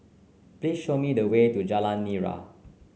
please show me the way to Jalan Nira